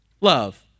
love